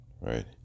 Right